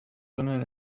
sondern